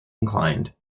inclined